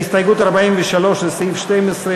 ההסתייגות של קבוצת סיעת ש"ס,